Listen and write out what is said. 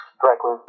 directly